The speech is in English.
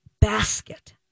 basket